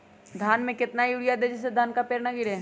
धान में कितना यूरिया दे जिससे धान का पेड़ ना गिरे?